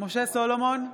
משה סולומון,